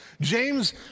James